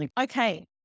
Okay